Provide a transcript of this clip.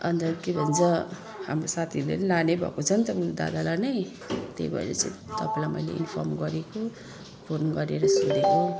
अन्त के भन्छ हाम्रो साथीहरूले लाने भएको छ नि त उयो दादालाई नै त्यही भएर चाहिँ तपाईँलाई मैले इन्फर्म गरेको फोन गरेर सोधेको